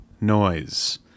noise